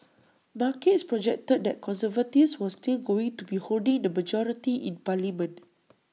markets projected that conservatives was still going to be holding the majority in parliament